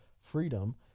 freedom